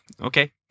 Okay